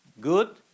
good